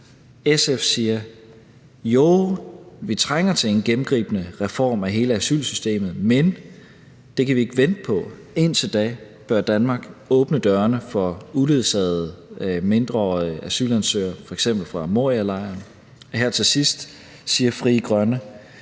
SF siger: Jo, vi trænger til en gennemgribende reform af hele asylsystemet, men det kan vi ikke vente på. Indtil da bør Danmark åbne dørene for uledsagede mindreårige asylansøgere, f.eks. fra Morialejren. Her til sidst siger Frie Grønne: